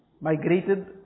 migrated